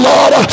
Lord